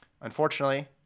unfortunately